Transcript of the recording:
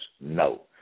no